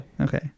Okay